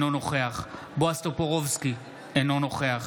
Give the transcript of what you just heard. אינו נוכח בועז טופורובסקי, אינו נוכח